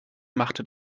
machte